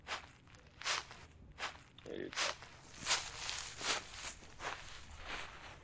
એ રીતના